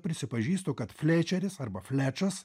prisipažįstu kad flečeris arba flečas